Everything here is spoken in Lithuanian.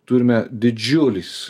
turime didžiulis